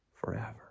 forever